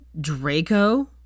Draco